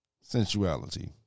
Sensuality